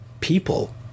people